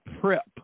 Prep